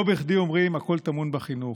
לא בכדי אומרים שהכול טמון בחינוך.